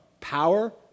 power